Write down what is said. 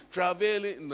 Traveling